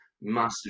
massive